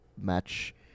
match